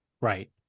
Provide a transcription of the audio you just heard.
Right